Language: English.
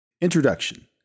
Introduction